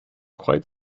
quite